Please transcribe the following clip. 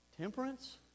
temperance